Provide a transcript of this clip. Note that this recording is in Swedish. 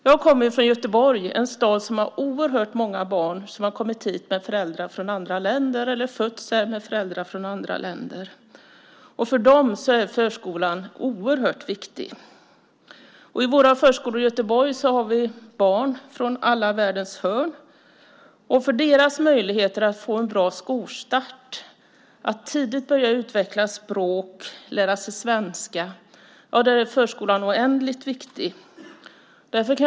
Jag kommer från Göteborg, en stad som har oerhört många barn som har kommit hit med föräldrar från andra länder eller som har fötts här med föräldrar från andra länder. För dem är förskolan oerhört viktig. I våra förskolor i Göteborg har vi barn från världens alla hörn. För deras möjlighet att få en bra skolstart och tidigt börja utveckla språk och lära sig svenska är förskolan oändligt viktig.